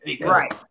Right